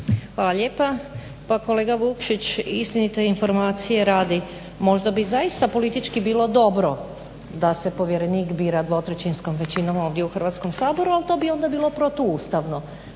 Hvala lijepa. Pa kolega Vukšić istinita je informacija radi, možda bi zaista politički bilo dobro da se povjerenik bira dvotrećinskom većinom ovdje u Hrvatskom saboru, ali to bi onda bilo protuustavno.